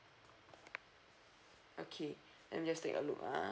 okay let me just take a look ah